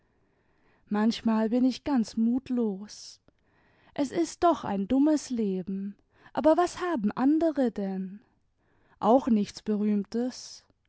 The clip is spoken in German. manchmal bin ich ganz mutlos es ist doch ein dummes leben aber was haben andere denn auch nichts berühmtes